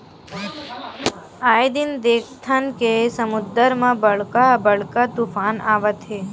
आए दिन देखथन के समुद्दर म बड़का बड़का तुफान आवत हे